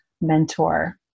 mentor